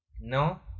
No